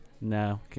no